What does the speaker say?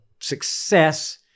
success